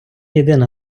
єдина